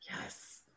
Yes